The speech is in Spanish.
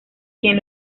quien